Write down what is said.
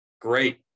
great